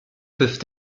peuvent